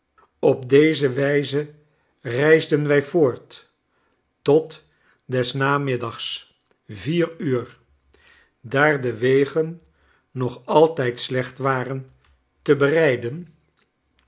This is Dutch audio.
op deze wijze reisden wij voort tot des namiddags vier uur daar de wegen nog altijd slecht waren te berijden